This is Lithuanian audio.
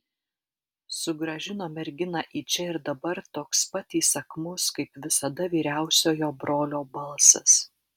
sugrąžino merginą į čia ir dabar toks pat įsakmus kaip visada vyriausiojo brolio balsas